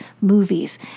movies